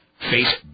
face